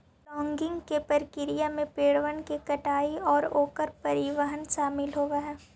logging के प्रक्रिया में पेड़बन के कटाई आउ ओकर परिवहन शामिल होब हई